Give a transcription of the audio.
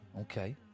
Okay